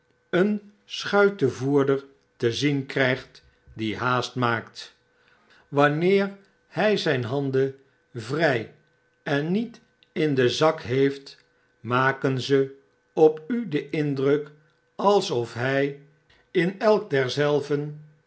een schuitevoerder te zien krygt die haast maakt wanneer hy zyne handen vry en niet in den zak heeft maken ze op u den indruk alsof hi in elk derzelven